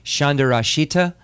Shandarashita